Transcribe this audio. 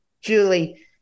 Julie